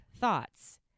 thoughts